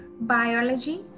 biology